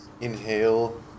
inhale